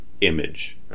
image